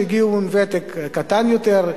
שהגיעו עם ותק קטן יותר,